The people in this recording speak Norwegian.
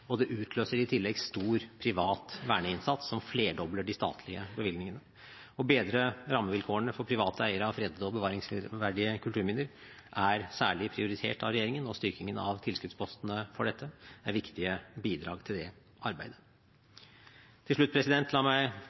og det utløser i tillegg stor privat verneinnsats som flerdobler de statlige bevilgningene. Å bedre rammevilkårene for private eiere av fredede og bevaringsverdige kulturminner er særlig prioritert av regjeringen, og styrkingen av tilskuddspostene for dette er viktige bidrag til det arbeidet. La meg til slutt